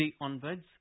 onwards